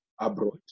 abroad